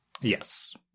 Yes